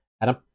Adam